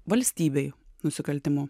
valstybėj nusikaltimu